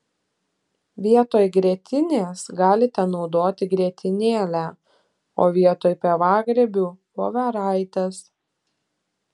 vietoj grietinės galite naudoti grietinėlę o vietoj pievagrybių voveraites